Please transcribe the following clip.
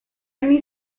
anni